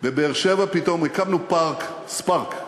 בבאר-שבע פתאום הקמנו פארק, "ספארק",